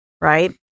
Right